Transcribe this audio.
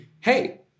hey